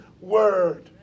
word